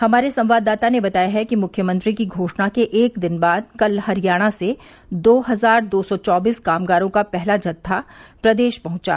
हमारे संवाददाता ने बताया है कि मुख्यमंत्री की घोषणा के एक दिन बाद कल हरियाणा से दो हजार दो सौ चौबीस कामगारों का पहला जत्था प्रदेश पहुंचा